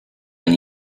been